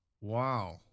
wow